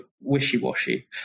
wishy-washy